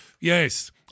Yes